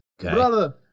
Brother